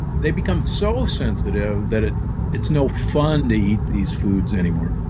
they become so sensitive that it's no fun to eat these foods anymore